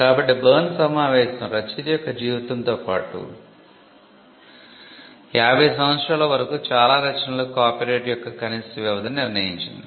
కాబట్టి బెర్న్ సమావేశం రచయిత యొక్క జీవితంతో పాటు 50 సంవత్సరాల వరకు చాలా రచనలకు కాపీరైట్ యొక్క కనీస వ్యవధిని నిర్ణయించింది